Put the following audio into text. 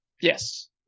Yes